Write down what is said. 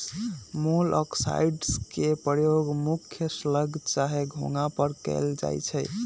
मोलॉक्साइड्स के प्रयोग मुख्य स्लग चाहे घोंघा पर कएल जाइ छइ